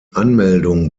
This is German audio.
anmeldung